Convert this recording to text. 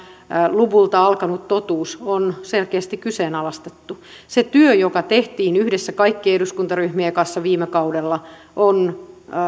luvulla alkanut totuus on selkeästi kyseenalaistettu se työ joka tehtiin yhdessä kaikkien eduskuntaryhmien kanssa viime kaudella on